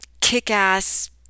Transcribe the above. kick-ass